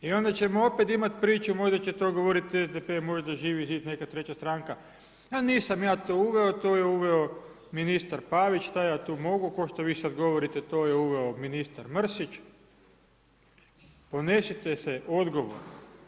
I onda ćemo opet imati priču, možda će to govoriti SDP, možda Živi zid, neka treća stranka, ja nisam to uveo, to je uveo ministar Pavić, šta ja tu mogu, kao što vi sad govorite to je uveo ministar Mrsić, ponesite se odgovorno.